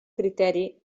criteri